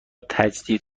تجدید